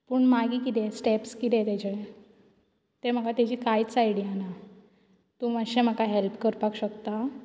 पूण मागीर कितें स्टेप्स कितें तेचे तें म्हाका तेची कांयच आयडिया ना तूं मातशें म्हाका हेल्प करपाक शकता